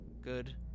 Good